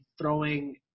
throwing